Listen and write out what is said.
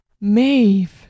Maeve